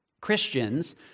Christians